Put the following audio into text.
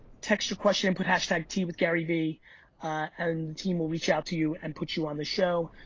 text your question and put hashtag tea with garyvee, and the team will reach out to you and put you on the show.